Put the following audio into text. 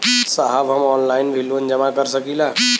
साहब हम ऑनलाइन भी लोन जमा कर सकीला?